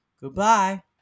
goodbye